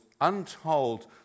untold